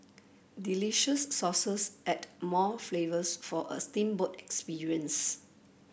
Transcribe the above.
delicious sauces add more flavours for a steamboat experience